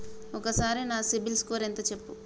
ఒక్కసారి నా సిబిల్ స్కోర్ ఎంత చెప్పు?